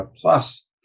Plus